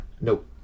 Nope